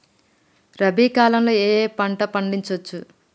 రబీ కాలంలో ఏ ఏ పంట పండించచ్చు?